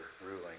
ruling